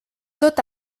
tot